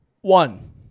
One